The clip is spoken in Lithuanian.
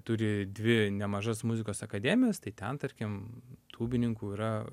turi dvi nemažas muzikos akademijas tai ten tarkim tūbininkų yra